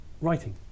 writing